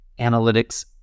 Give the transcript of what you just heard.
analytics